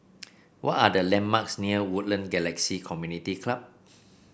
what are the landmarks near Woodlands Galaxy Community Club